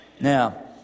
Now